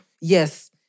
Yes